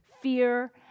fear